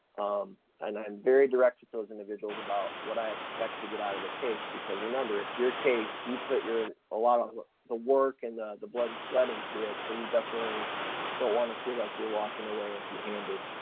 um, and i'm very direct with those individuals about what i expect to get out of the case, because remember it's your case, you put your, a lot of the work and the, the blood and sweat into it so you definitely don't want to feel like you're walking away empty-handed.